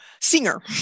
singer